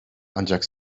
ancak